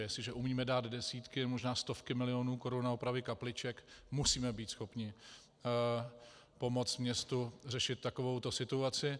Jestliže umíme dát desítky, možná stovky milionů korun na opravy kapliček, musíme být schopni pomoct městu řešit takovouto situaci.